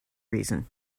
reason